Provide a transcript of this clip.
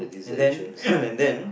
and then and then